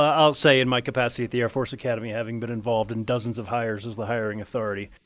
ah i'll say in my capacity at the air force academy, having been involved in dozens of hires as the hiring authority,